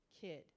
kid